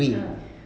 ah